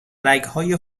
رگهای